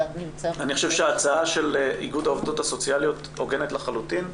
אני חושב שההצעה של איגוד העובדות הסוציאליות הוגנת לחלוטין,